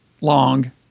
long